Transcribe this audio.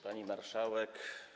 Pani Marszałek!